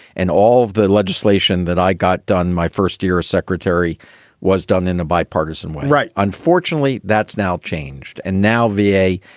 and all of the legislation that i got done my first year as secretary was done in a bipartisan way. right. unfortunately, that's now changed. and now v a.